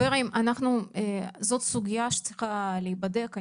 חברים, זאת סוגיה שצריכה להיבדק.